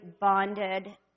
bonded